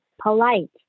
polite